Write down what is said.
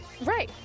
Right